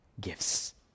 gifts